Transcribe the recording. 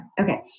Okay